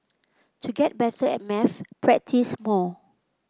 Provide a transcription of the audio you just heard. to get better at maths practise more